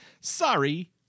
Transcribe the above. Sorry